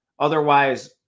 Otherwise